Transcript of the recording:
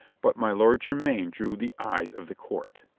but my lord jermyn drew the eyes of the court.